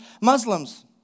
Muslims